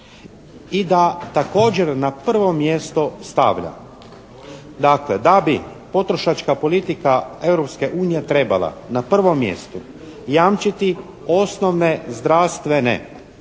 i da također na prvo mjesto stavlja. Dakle da bi potrošačka politika Europske unije trebala na prvom mjestu jamčiti osnovne zdravstvene